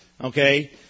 okay